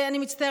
אני מצטער.